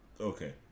Okay